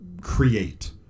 create